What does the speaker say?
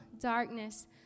darkness